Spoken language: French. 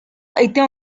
était